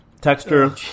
Texture